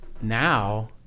now